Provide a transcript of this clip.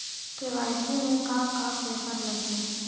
KYC में का का पेपर लगी?